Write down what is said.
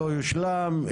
לא יושלם,